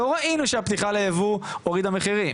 לא ראינו שהפתיחה לייבוא הורידה מחירים.